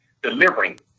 delivering